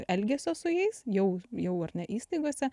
elgesio su jais jau jau ar ne įstaigose